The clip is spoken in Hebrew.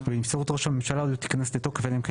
ונבצרות ראש הממשלה לא תיכנס לתוקף אלא אם כן